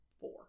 four